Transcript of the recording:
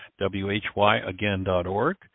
whyagain.org